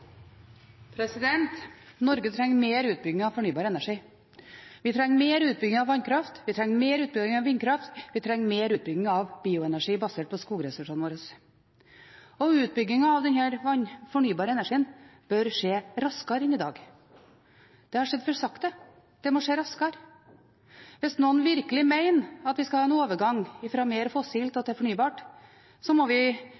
beslutningsgrunnlag. Norge trenger mer utbygging av fornybar energi. Vi trenger mer utbygging av vannkraft, vi trenger mer utbygging av vindkraft, vi trenger mer utbygging av bioenergi basert på skogressursene våre. Utbyggingen av den fornybare energien bør skje raskere enn i dag. Det har skjedd for sakte – det må skje raskere. Hvis noen virkelig mener at vi skal ha en overgang fra mer fossilt og til fornybart, må vi